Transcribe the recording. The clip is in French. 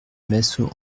massot